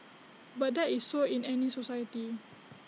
but that is so in any society